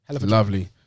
Lovely